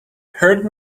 heard